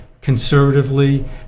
conservatively